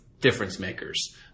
difference-makers –